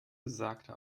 sagte